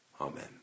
Amen